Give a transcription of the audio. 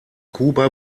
kuba